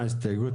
תמשיכי לחלום.